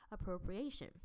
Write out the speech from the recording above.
appropriation